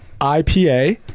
ipa